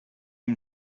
him